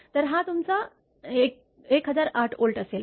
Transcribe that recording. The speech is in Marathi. तर हा तुमचा 1008 व्होल्ट असेल